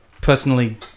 personally